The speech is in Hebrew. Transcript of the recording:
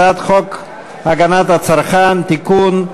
הצעת חוק הגנת הצרכן (תיקון,